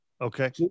okay